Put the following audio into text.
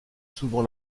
souvent